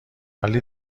ولی